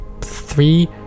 three